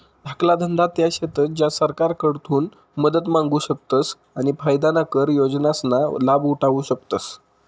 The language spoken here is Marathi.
धाकला धंदा त्या शेतस ज्या सरकारकडून मदत मांगू शकतस आणि फायदाना कर योजनासना लाभ उठावु शकतस